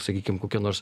sakykim kokia nors